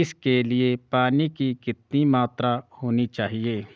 इसके लिए पानी की कितनी मात्रा होनी चाहिए?